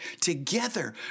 together